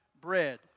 bread